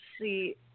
see